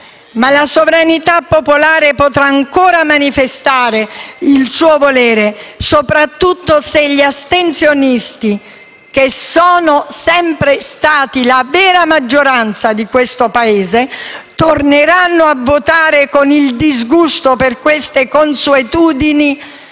Ma la sovranità popolare potrà ancora manifestare il suo volere, soprattutto se gli astensionisti, che sono sempre stati la vera maggioranza del Paese, torneranno a votare con il disgusto per queste consuetudini